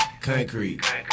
Concrete